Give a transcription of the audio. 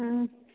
ꯎꯝ